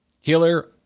Healer